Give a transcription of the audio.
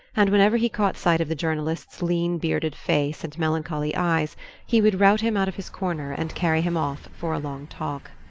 and whenever he caught sight of the journalist's lean bearded face and melancholy eyes he would rout him out of his corner and carry him off for a long talk.